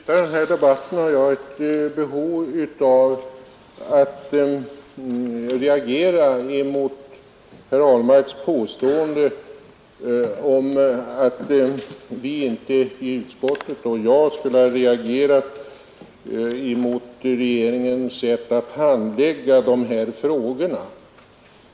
Herr talman! Innan vi slutar den här debatten har jag ett behov av att invända mot herr Ahlmarks påstående att vi inte i utskottet skulle ha reagerat mot regeringens sätt att handlägga dessa frågor.